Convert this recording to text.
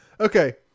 Okay